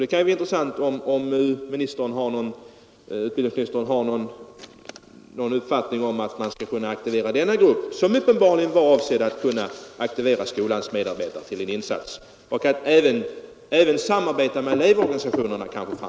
Det vore intressant att höra om utbildningsminis tern har någon uppfattning om hur man skulle kunna få något positivt arbete utfört av denna grupp, som uppenbarligen var avsedd att aktivera skolans medarbetare till en insats och kanske framför allt samarbeta med elevorganisationerna.